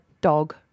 dog